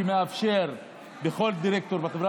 ומאפשר לכל דירקטור בחברות